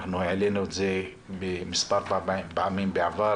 אנחנו העלינו את זה מספר פעמים בעבר,